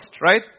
right